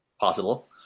possible